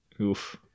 Oof